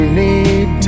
need